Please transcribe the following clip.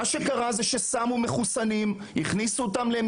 מה שקרה זה שהכניסו מחוסנים למתחמים,